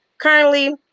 currently